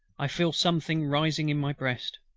i feel something rising in my breast,